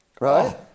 right